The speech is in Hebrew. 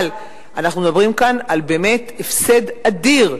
אבל אנחנו מדברים כאן באמת על הפסד אדיר,